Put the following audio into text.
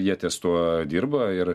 jie ties tuo dirba ir